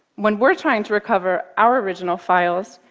when we're trying to recover our original files,